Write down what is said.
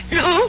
no